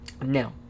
Now